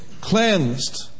Cleansed